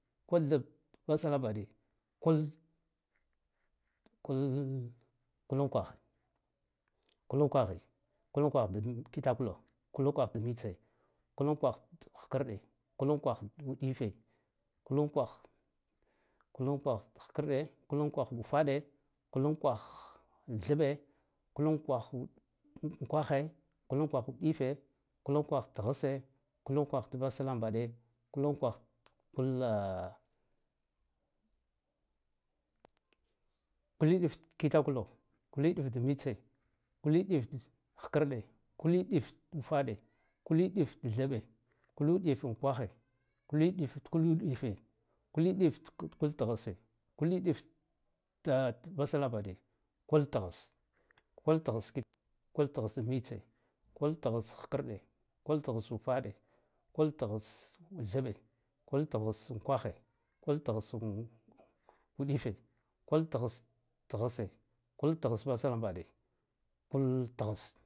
Kul thab vaskimbaɗe kul kul kul unkwakh kul unkwaghe kul unkwah “digi"-kitakulo kul unkwaku d mitse kul unkwatah khkarɗe kul unkwakh d uɗife, kul unkwakh, kul unkwakh d khkarɗe kul unkwakh d ufade, kul unkwakh d thaɓe, k ul unkwakh unkwakhe, kul unkwakh d uɗife kul unkwath d taghasse, kul unkwakhad vaslambaɗe, kul unkwakh, kulla kul uɗif kitakulo ku uɗif d ufade kul uɗif thaɓɓe kul uɗif unkwaghe, kul uɗif kul udife kul uɗig t kul tghasse, kul uɗif “tad” vaslambaɗe kul tghas kul tghas ki. kul tghas mitse, kul tghas khkarɗe kul tghas ufaɗe kul tghas tsaɓɓe kul tghas unkwaghe kul tghas uɗife kul tgahs tghasse kul tghas vaslambaɗe kul tghas.